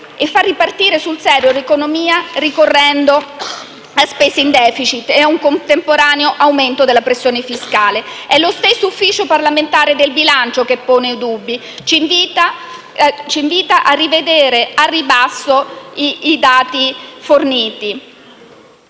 e far ripartire sul serio l'economia ricorrendo a spese in *deficit* e a un contemporaneo aumento della pressione fiscale. È lo stesso Ufficio parlamentare del bilancio che pone dubbi e ci invita a rivedere al ribasso i dati forniti.